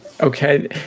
Okay